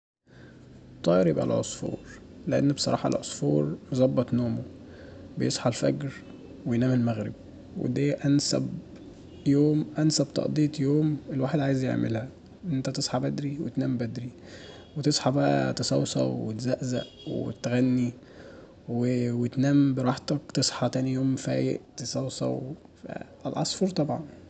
طائر يبقي العصفور، لأن بصراحة العصعفور مظبط نومه، بيصحي الفجر وينام المغرب ودي انسب يوم، انسب تقضية يوم الواحد عايز يعملها، ان انت تصحي بدري وتنام بدري، وتصحي بقي تصوصو وتزقزق وتغني وتنام براحتك تصحي تاني يوم فايق تصوصو، فالعصفور طبعا.